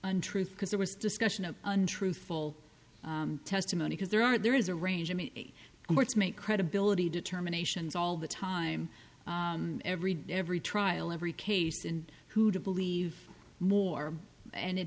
untruth because there was discussion of untruthful testimony because there are there is a range of me courts make credibility determinations all the time every day every trial every case and who to believe more and it